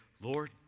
Lord